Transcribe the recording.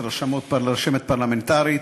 רשמת פרלמנטרית,